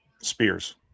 Spears